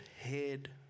Head